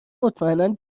مطمئنا